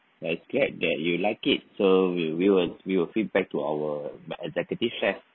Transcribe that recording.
its glad that you liked it so we will we will feedback to our executive chef